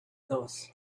dos